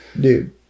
dude